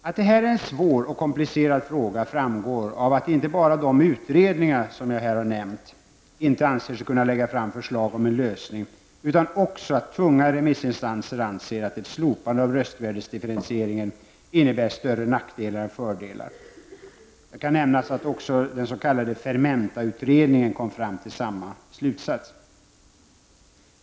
Att det här är en svår och komplicerad fråga framgår inte bara av att de utredningar som jag här har nämnt inte anser sig kunna lägga fram förslag om en lösning; även tunga remissinstanser anser att ett slopande av röstvärdesdifferentieringen innebär större nackdelar än fördelar. Jag kan nämna att den s.k. Fermenta-utredningen kom till samma slutsats.